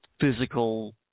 physical